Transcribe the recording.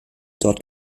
dort